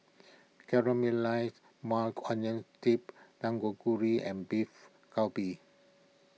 Caramelized Maui Onion Dip and Beef Galbi